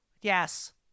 yes